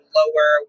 lower